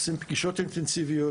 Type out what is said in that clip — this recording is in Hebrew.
עושים פגישות אינטנסיביות.